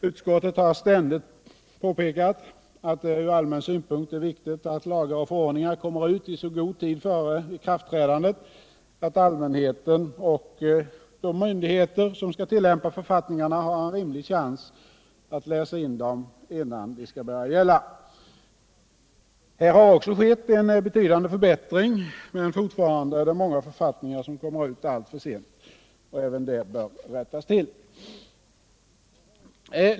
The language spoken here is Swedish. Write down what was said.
Utskottet har ständigt påpekat att det ur allmän synpunkt är viktigt att lagar och förordningar kommer ut i så god tid före ikraftträdandet att allmänheten och de myndigheter som skall tillämpa författningarna har en rimlig chans att läsa in författningarna innan de skall börja gälla. Här har också skett en betydande förbättring, men fortfarande är det många författningar som kommer ut alltför sent. Även det bör rättas till.